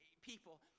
people